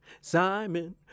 Simon